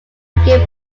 became